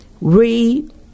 read